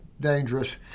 dangerous